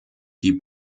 die